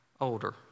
older